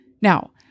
Now